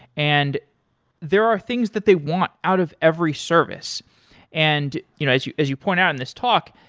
and there are things that they want out of every service and you know as you as you point out in this talk,